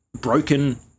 broken